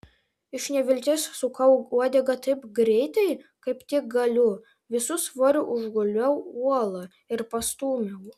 iš nevilties sukau uodegą taip greitai kaip tik galiu visu svoriu užguliau uolą ir pastūmiau